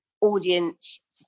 audience